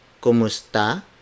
Kumusta